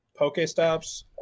Pokestops